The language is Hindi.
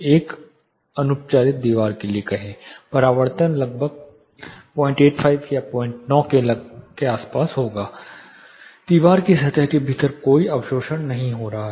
एक अनुपचारित दीवार के लिए कहें परावर्तन लगभग 085 या 09 के आसपास होंगे दीवार की सतह के भीतर कोई अवशोषण नहीं हो रहा है